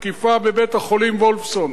תקיפה בבית-החולים "וולפסון".